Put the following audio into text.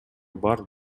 бар